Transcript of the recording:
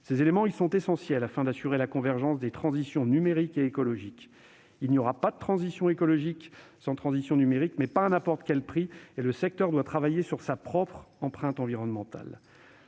Ces éléments sont essentiels afin d'assurer la convergence des transitions numérique et écologique. Il n'y aura pas de transition écologique sans transition numérique, mais cela ne se fera pas à n'importe quel prix. Le secteur doit travailler sur sa propre empreinte environnementale.